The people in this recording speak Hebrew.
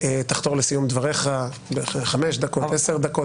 שתחתור לסיום דבריך תוך חמש דקות, עשר דקות.